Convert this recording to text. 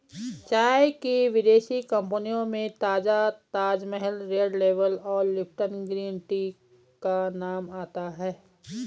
चाय की विदेशी कंपनियों में ताजा ताजमहल रेड लेबल और लिपटन ग्रीन टी का नाम आता है